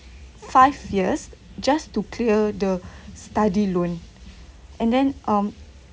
five years just to clear the study loan and then um